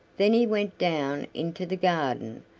then he went down into the garden,